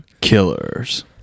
Killers